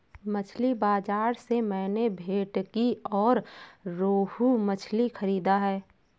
मछली बाजार से मैंने भेंटकी और रोहू मछली खरीदा है